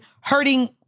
hurting